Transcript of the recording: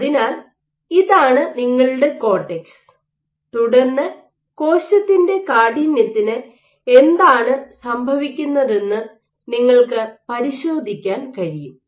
അതിനാൽ ഇതാണ് നിങ്ങളുടെ കോർട്ടെക്സ് തുടർന്ന് കോശത്തിന്റെ കാഠിന്യത്തിന് എന്താണ് സംഭവിക്കുന്നതെന്ന് നിങ്ങൾക്ക് പരിശോധിക്കാൻ കഴിയും